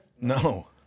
No